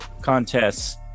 contests